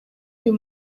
uyu